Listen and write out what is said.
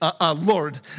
Lord